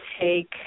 take